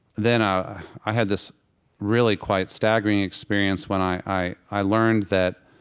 then i i had this really quite staggering experience when i i learned that